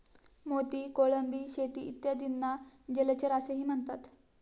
मोती, कोळंबी शेती इत्यादींना जलचर असेही म्हणतात